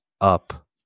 up